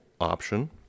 option